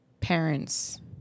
parents